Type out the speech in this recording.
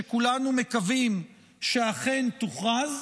שכולנו מקווים שאכן תוכרז,